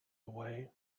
away